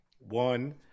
One